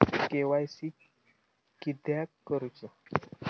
KYC किदयाक करूची?